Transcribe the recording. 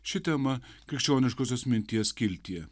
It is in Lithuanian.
ši tema krikščioniškosios minties skiltyje